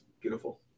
beautiful